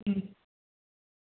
ꯎꯝ